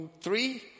three